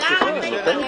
נו, תן לגמור.